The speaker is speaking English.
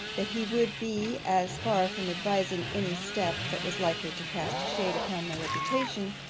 that he would be as far from advising any step that was likely to cast a shade upon my reputation,